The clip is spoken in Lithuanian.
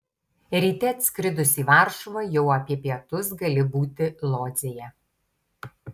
ryte atskridus į varšuvą jau apie pietus gali būti lodzėje